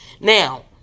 Now